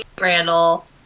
Randall